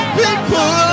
people